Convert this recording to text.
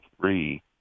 three